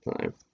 time